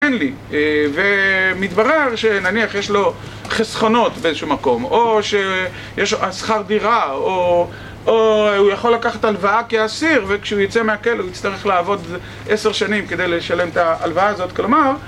ומתברר שנניח יש לו חסכונות באיזשהו מקום או שיש שכר דירה או הוא יכול לקחת הלוואה כעשיר וכשהוא יצא מהכלא הוא יצטרך לעבוד עשר שנים כדי לשלם את ההלוואה הזאת כלומר